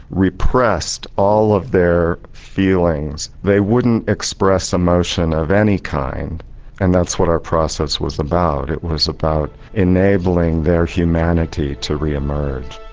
repressed all of their feelings. they wouldn't express emotion of any kind and that's what our process was about. it was about enabling their humanity to re-emerge.